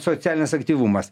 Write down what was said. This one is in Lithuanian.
socialinis aktyvumas